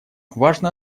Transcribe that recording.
важно